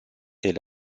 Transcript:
est